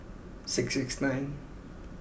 six six nine